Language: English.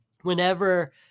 whenever